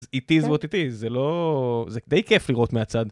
it is what it is זה לא.. זה די כיף לראות מהצד.